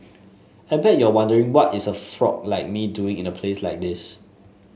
I bet you're wondering what is a frog like me doing in a place like this